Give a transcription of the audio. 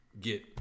get